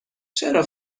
چرا